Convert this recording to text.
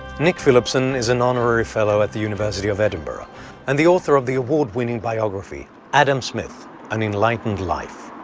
nick phillipson is an honorary fellow at the university of edinburgh and the author of the award-winning biography, adam smith an enlightened life.